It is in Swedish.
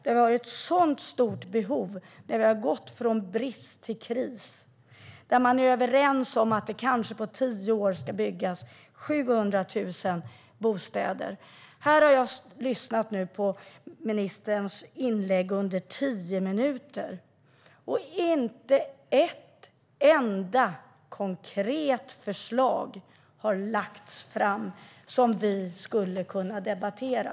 Det finns ett så stort behov och vi har gått från brist till kris. Då är man överens om att det kanske på tio år ska byggas 700 000 bostäder. Jag har nu lyssnat på ministerns inlägg under tio minuter, och inte ett enda konkret förslag har lagts fram som vi skulle kunna debattera.